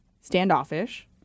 standoffish